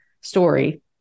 story